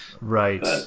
Right